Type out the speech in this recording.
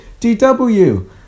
DW